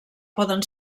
poden